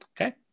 Okay